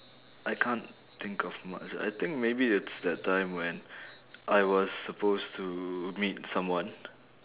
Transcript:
I can't think of much I think maybe it's that time when I was supposed to meet someone